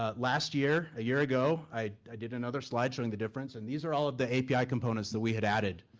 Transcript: ah last year, a year ago i did another slide showing the difference and these are all of the api components that we had added.